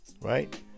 Right